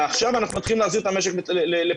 ועכשיו אנחנו מתחילים להחזיר את המשק לפעילות.